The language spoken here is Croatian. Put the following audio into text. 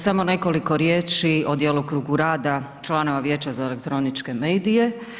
Samo nekoliko riječi o djelokrugu rada članova Vijeća za elektroničke medije.